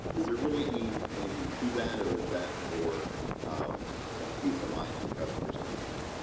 is there really any anything to that or is that more um kind of peace of mind for customers coming in.